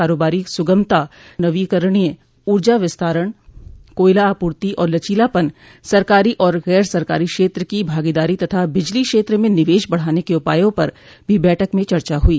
कारोबारी सुगमता नवीकरणीय ऊर्जा विस्तार कोयला आपूर्ति में लचीलापन सरकारी और गैर सरकारी क्षेत्र की भागीदारी तथा बिजली क्षेत्र में निवेश बढ़ाने के उपायों पर भी बैठक में चर्चा हुई